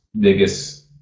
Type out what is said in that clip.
biggest